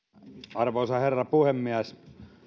arvoisa herra puhemies